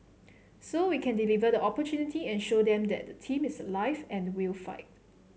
so we can deliver the opportunity and show them that the team is alive and will fight